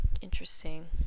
interesting